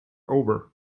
over